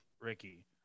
ricky